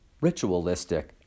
ritualistic